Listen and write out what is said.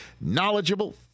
knowledgeable